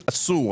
אסור.